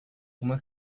uma